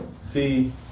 see